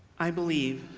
i believe